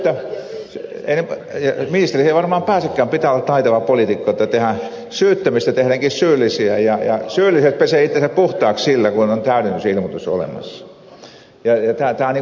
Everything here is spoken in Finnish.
ministeriksi ei varmaan muuten pääsekään pitää olla taitava poliitikko jotta syyttömistä tehdäänkin syyllisiä ja syylliset pesevät itsensä puhtaaksi sillä kun on täydennysilmoitus olemassa